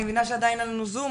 אני מבינה שעדיין אין לנו זום,